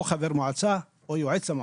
או חבר המועצה או יועץ המועצה.